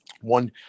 one